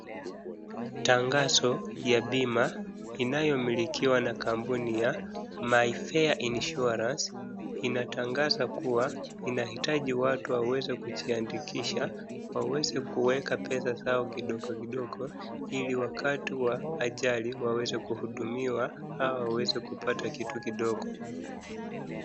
Tangazo ya bima inayomilikiwa na kampuni ya MY FAIR INSURNCE inatangaza kuwa inahitaji watu waweze kujiandikisha. Waweze kueka pesa zao kidogokidogo ili wakati wa ajali waweze kuhudumiwa au waweze kupata kitu kidogo.